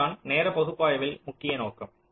இதுதான் நேரப்பகுப்பாய்வின் முக்கிய நோக்கம்